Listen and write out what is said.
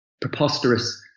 preposterous